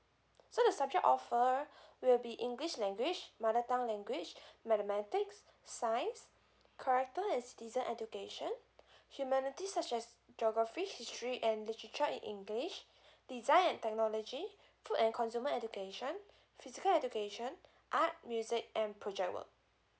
so the subject offer will be english language mother tongue language mathematics science character and citizen education humanities such as geography history and literature in english design and technology food and consumer education physical education art music and project work